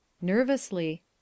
Nervously